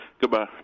Goodbye